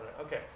Okay